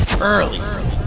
Early